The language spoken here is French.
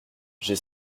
j’ai